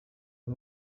aho